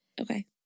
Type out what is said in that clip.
Okay